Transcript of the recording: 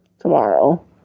tomorrow